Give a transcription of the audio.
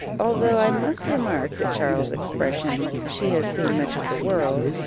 although i must remark that charles's expression, she has seen much of the world,